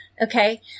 Okay